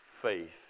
faith